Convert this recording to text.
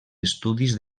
estudis